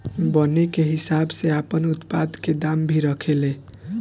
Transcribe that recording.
बने के हिसाब से आपन उत्पाद के दाम भी रखे ले